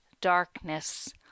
darkness